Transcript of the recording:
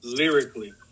lyrically